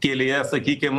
kelyje sakykim